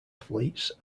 athletes